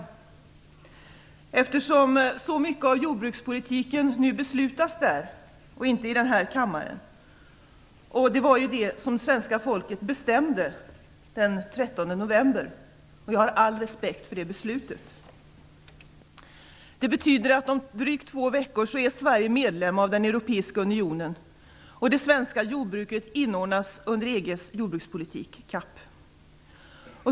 Det gör jag eftersom så mycket av jordbrukspolitiken nu beslutas där och inte i denna kammare. Det var det som svenska folket bestämde den 13 november. Jag har all respekt för det beslutet. Det betyder att Sverige är medlem av den europeiska unionen om drygt två veckor och att det svenska jordbruket inordnas under EG:s jordbrukspolitik, CAP.